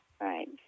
right